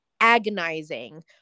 agonizing